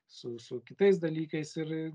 su su kitais dalykais ir